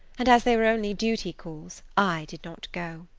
and as they were only duty calls, i did not go.